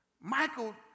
Michael